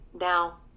now